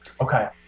Okay